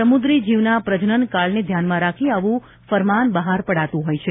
સમુદ્રી જીવના પ્રજનનકાળને ધ્યાનમાં રાખી આવું ફરમાન બહાર પડાતું હોય છે